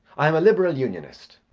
i am a liberal unionist.